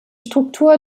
struktur